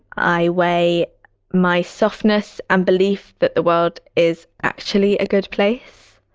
i weigh my softness and belief that the world is actually a good place.